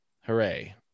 hooray